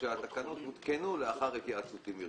אבל שהתקנות יותקנו לאחר התייעצות עם ארגונים.